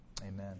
Amen